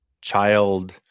child